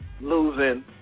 losing